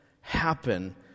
happen